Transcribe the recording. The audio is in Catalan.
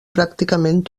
pràcticament